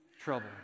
trouble